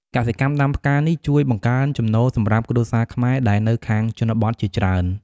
កសិកម្មដាំផ្កានេះជួយបង្កើនចំណូលសម្រាប់គ្រួសារខ្មែរដែលនៅខាងជនបទជាច្រើន។